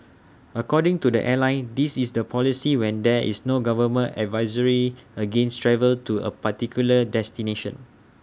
according to the airline this is the policy when there is no government advisory against travel to A particular destination